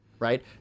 Right